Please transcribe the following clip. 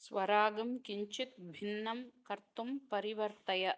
स्वरागं किञ्चिद् भिन्नं कर्तुं परिवर्तय